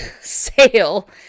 sale